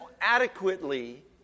adequately